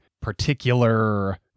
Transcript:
particular